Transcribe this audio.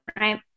right